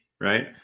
right